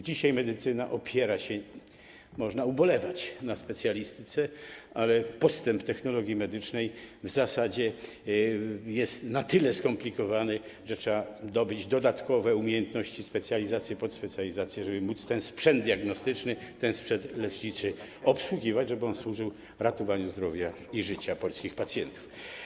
Dzisiaj medycyna opiera się, można ubolewać, na specjalistyce, ale postęp technologii medycznej w zasadzie jest na tyle skomplikowany, że trzeba zdobyć dodatkowe umiejętności, specjalizacje, podspecjalizacje, żeby móc ten sprzęt diagnostyczny, ten sprzęt leczniczy obsługiwać, żeby on służył ratowaniu zdrowia i życia polskich pacjentów.